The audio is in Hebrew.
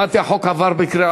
החוק עבר בקריאה,